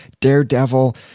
Daredevil